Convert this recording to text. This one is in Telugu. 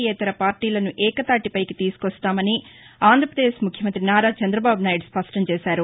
యేతర పార్టీలను ఏకతాటిపైకి తీసుకొస్తామని ఆంధ్రప్రదేశ్ ముఖ్యమంతి నారా చంద్రబాబు నాయుడు తెలిపారు